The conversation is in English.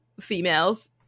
females